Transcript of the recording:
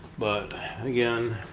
but again